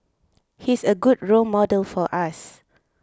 he's a good role model for us